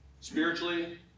spiritually